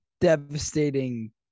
devastating